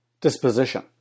disposition